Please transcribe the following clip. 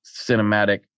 cinematic